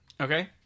okay